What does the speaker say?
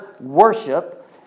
worship